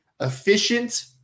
efficient